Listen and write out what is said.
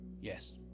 Yes